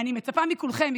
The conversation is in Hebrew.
אני מצפה מכולכם,